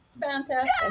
fantastic